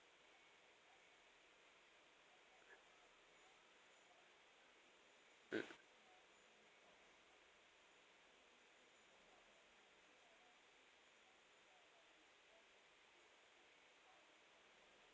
mm